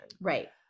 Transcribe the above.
right